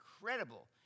incredible